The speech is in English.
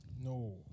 no